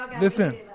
Listen